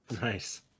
nice